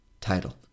title